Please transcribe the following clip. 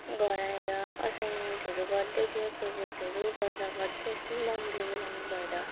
घर आएर असाइनमेन्टहरू गर्दै थिएँ प्रोजेक्टहेरू गर्दागर्दै एकछिन मम्मीले बोलाउनु भएर